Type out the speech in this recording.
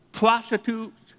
prostitutes